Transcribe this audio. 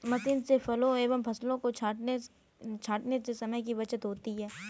machine से फलों एवं फसलों को छाँटने से समय की बचत होती है